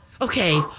Okay